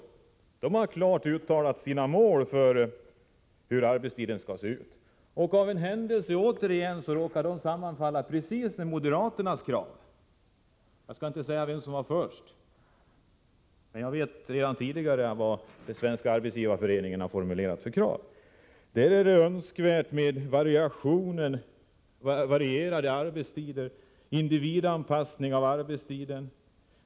SAF har klart uttalat sina mål för hur arbetstiden skall se ut. Av en händelse — återigen — råkar de sammanfalla precis med moderaternas krav. Jag skall inte säga vem som var först, men jag vet sedan tidigare vad Svenska arbetsgivareföreningen har formulerat för krav: Det är önskvärt med varierande arbetstider. Arbetstiden skall vara individanpassad.